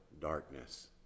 darkness